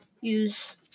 use